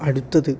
അടുത്തത്